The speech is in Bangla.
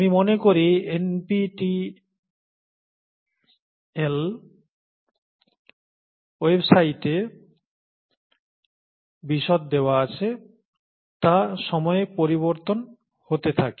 আমি মনে করি এনপিটিএল ওয়েবসাইটে বিশদ দেওয়া আছে তা সময়ে পরিবর্তন হতে থাকে